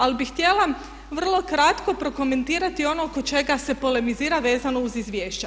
Ali bih htjela vrlo kratko prokomentirati ono oko čega se polemizira vezano uz izvješća.